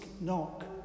knock